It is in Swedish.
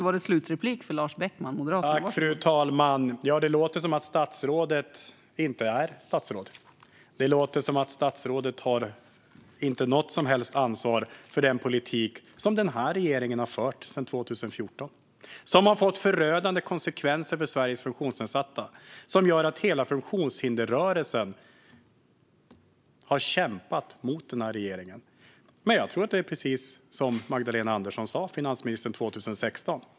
Fru talman! Det låter som att statsrådet inte är statsråd. Det låter som att statsrådet inte har något som helst ansvar för den politik som den här regeringen har fört sedan 2014. Det är en politik som har fått förödande konsekvenser för Sveriges funktionsnedsatta och som har lett till att hela funktionshinderrörelsen har kämpat emot den här regeringen. Jag tror att det är precis som finansminister Magdalena Andersson sa 2016.